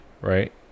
right